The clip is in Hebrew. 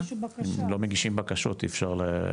אם לא מגישים בקשות, אי אפשר לתמוך.